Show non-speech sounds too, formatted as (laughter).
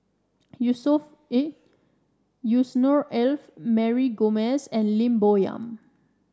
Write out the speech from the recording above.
(unintelligible) Yusnor Ef Mary Gomes and Lim Bo Yam